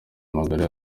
magara